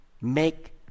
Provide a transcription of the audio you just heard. make